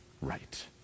right